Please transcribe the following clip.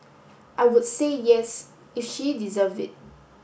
I would say yes if she deserve it